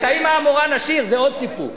את האמא המורה נשאיר, זה עוד סיפור.